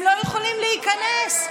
הם לא יכולים להיכנס.